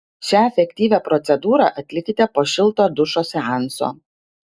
šią efektyvią procedūrą atlikite po šilto dušo seanso